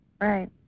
Right